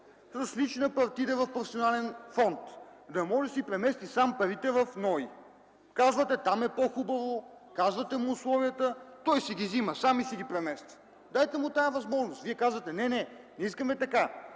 лична партида в професионален фонд да може да си премести сам парите в НОИ. Казвате, че там е по-хубаво, казвате му условията, той си ги взима сам и си ги премества. Дайте му тази възможност. Вие казвате – не, не искаме така,